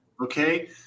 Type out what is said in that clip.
Okay